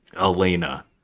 Elena